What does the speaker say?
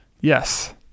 Yes